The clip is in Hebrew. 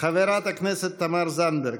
חברת הכנסת תמר זנדברג,